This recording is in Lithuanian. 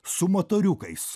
su motoriukais